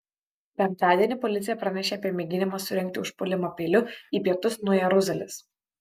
penktadienį policija pranešė apie mėginimą surengti užpuolimą peiliu į pietus nuo jeruzalės